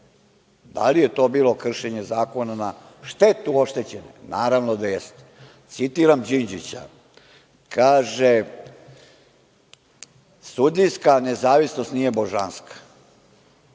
Da li je to bilo kršenje zakona na štetu oštećene? Naravno da jeste. Citiram Đinđića, kaže: „Sudijska nezavisnost nije božanska,